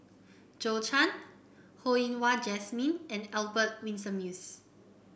Zhou Can Ho Yen Wah Jesmine and Albert Winsemius